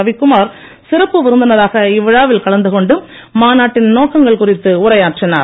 ரவிக்குமார் சிறப்பு விருந்தினராக இவ்விழாவில் கலந்து கொண்டு மாநாட்டின் நோக்கங்கள் குறித்து உரையாற்றினார்